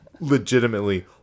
legitimately